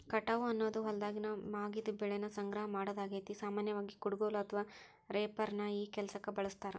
ಕಟಾವು ಅನ್ನೋದು ಹೊಲ್ದಾಗಿನ ಮಾಗಿದ ಬೆಳಿನ ಸಂಗ್ರಹ ಮಾಡೋದಾಗೇತಿ, ಸಾಮಾನ್ಯವಾಗಿ, ಕುಡಗೋಲು ಅಥವಾ ರೇಪರ್ ನ ಈ ಕೆಲ್ಸಕ್ಕ ಬಳಸ್ತಾರ